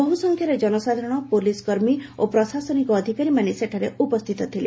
ବହୁ ସଂଖ୍ୟାରେ ଜନସାଧାରଣ ପୋଲିସ କର୍ମୀ ଓ ପ୍ରଶାସନିକ ଅଧିକାରୀମାନେ ସେଠାରେ ଉପସ୍ଥିତ ଥିଲେ